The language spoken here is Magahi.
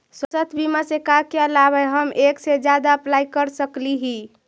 स्वास्थ्य बीमा से का क्या लाभ है हम एक से जादा अप्लाई कर सकली ही?